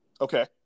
Okay